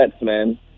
man